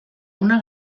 una